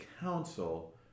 council